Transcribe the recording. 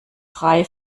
drei